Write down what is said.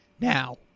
now